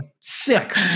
Sick